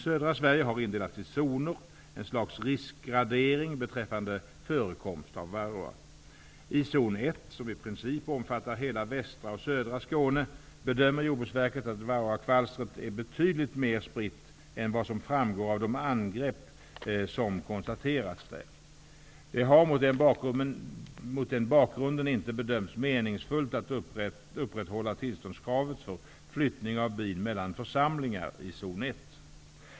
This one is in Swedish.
Södra Sverige har indelats i zoner, ett slags riskgradering beträffande förekomst av varroa. I zon 1, som i princip omfattar hela västra och södra Skåne, bedömer Jordbruksverket att varroakvalstret är betydligt mer spritt än vad som framgår av de angrepp som konstaterats där. Det har mot den bakgrunden inte bedömts meningsfullt att upprätthålla tillståndskravet för flyttning av bin mellan församlingar i zon 1.